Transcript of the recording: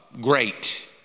great